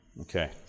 Okay